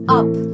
up